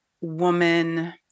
woman